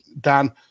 Dan